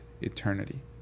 eternity